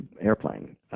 Airplane